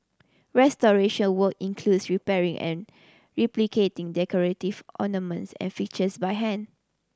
restoration work includes repairing and replicating decorative ornaments and fixtures by hand